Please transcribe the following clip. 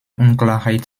unklarheit